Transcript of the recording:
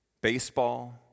baseball